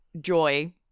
joy